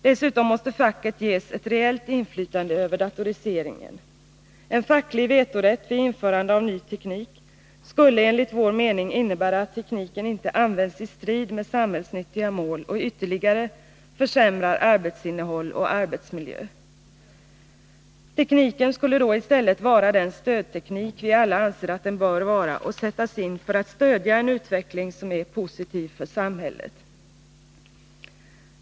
Dessutom måste facket ges ett reellt inflytande över datoriseringen. En facklig vetorätt vid införande av ny teknik skulle enligt vår mening innebära att tekniken inte används i strid med samhällsnyttiga mål och ytterligare försämrar arbetsinnehåll och arbetsmiljö. Tekniken skulle då i stället vara den stödteknik vi alla anser att den bör vara och sättas in för att stödja en utveckling som är positiv för samhället.